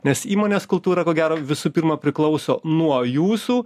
nes įmonės kultūra ko gero visų pirma priklauso nuo jūsų